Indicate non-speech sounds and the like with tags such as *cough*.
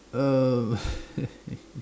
um *laughs*